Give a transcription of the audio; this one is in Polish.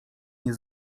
nie